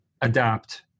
adapt